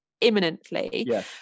imminently